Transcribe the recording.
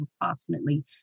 approximately